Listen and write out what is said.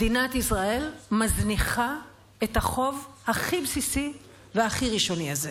מדינת ישראל מזניחה את החוב הכי בסיסי והכי ראשוני הזה.